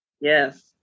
Yes